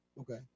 okay